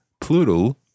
plural